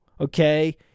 okay